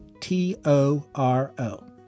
T-O-R-O